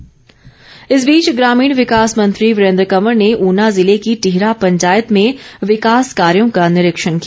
वीरेंद्र कंवर इस बीच ग्रामीण विकास मंत्री वीरेंद्र कंवर ने ऊना ज़िले की टिहरा पंचायत में विकास कार्यों का निरीक्षण किया